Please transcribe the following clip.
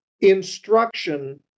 instruction